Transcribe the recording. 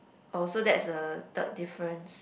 oh so that's the third difference